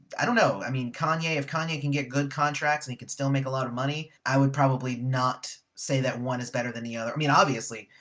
i don't know i mean kanye if kanye can get good contract so and you can still make a lot of money, i would probably not say that one is better than the other i mean obviously,